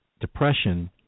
depression